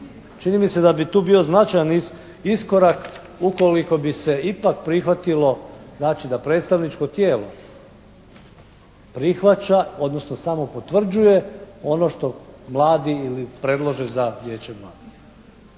Čini mi se da bi tu bio značajan iskorak ukoliko bi se ipak prihvatilo znači da predstavničko tijelo prihvaća odnosno samo potvrđuje ono što mladi ili predlože za vijeće mladih.